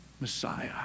Messiah